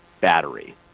battery